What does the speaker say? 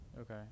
Okay